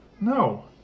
no